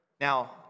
Now